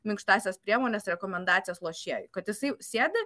minkštąsias priemones rekomendacijas lošėjų kad jisai sėdi